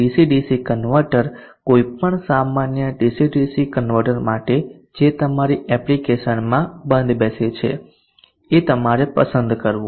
DC DC converter કોઈપણ સામાન્ય DC DC converter માટે જે તમારી એપ્લિકેશનમાં બંધબેસે છે એ તમારે પસંદ કરવું